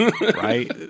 right